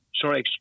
sorry